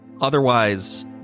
Otherwise